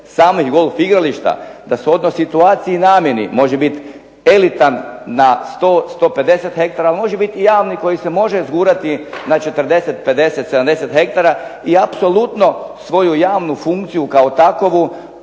samih golf igrališta, da …/Ne razumije se./… situaciji i namjeni može biti elitan na 100, 150 hektara, može biti i javni koji se može zgurati na 40, 50, 70 hektara, i apsolutno svoju javnu funkciju kao takovu